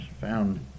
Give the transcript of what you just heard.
found